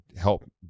help